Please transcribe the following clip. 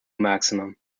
maximum